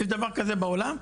יש דבר כזה בעולם?